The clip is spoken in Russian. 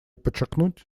подчеркнуть